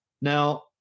Now